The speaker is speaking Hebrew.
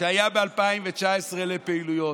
שהיה ב-2019 לפעילויות,